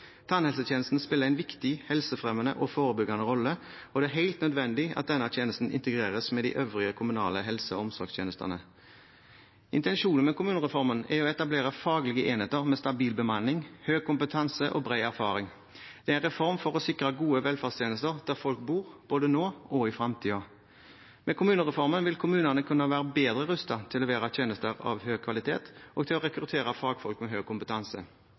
Tannhelsetjenesten spiller en viktig, helsefremmende og forebyggende rolle, og det er helt nødvendig at denne tjenesten integreres med de øvrige kommunale helse- og omsorgstjenestene. Intensjonen med kommunereformen er å etablere faglige enheter med stabil bemanning, høy kompetanse og bred erfaring. Det er en reform for å sikre gode velferdstjenester der folk bor, både nå og i fremtiden. Med kommunereformen vil kommunene kunne være bedre rustet til å levere tjenester av høy kvalitet og til å rekruttere fagfolk med høy kompetanse.